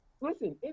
Listen